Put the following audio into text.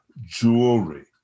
jewelry